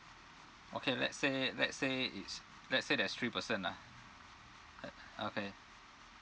okay let's say let's say it's let's say there's three person ah uh okay